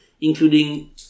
including